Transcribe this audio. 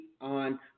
on